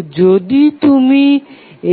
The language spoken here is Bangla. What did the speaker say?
তো যদি তুমি